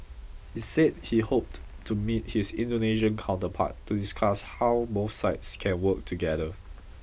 he said he hoped to meet his Indonesian counterpart to discuss how both sides can work together